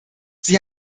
sie